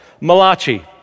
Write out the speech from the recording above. Malachi